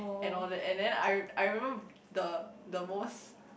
and all that and then I I remember the the most